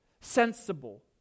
sensible